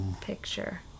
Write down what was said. picture